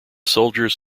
soldiers